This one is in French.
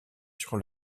sur